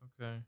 Okay